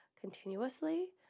continuously